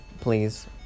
please